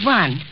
one